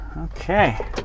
okay